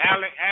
Alex